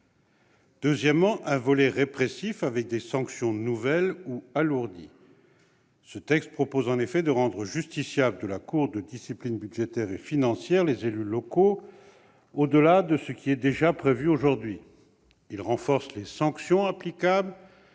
Deuxièmement, un volet répressif avec des sanctions nouvelles ou alourdies : ce texte propose en effet de rendre justiciables de la Cour de discipline budgétaire et financière, la CDBF, les élus locaux au-delà de ce qui est déjà prévu aujourd'hui ; il renforce les sanctions applicables,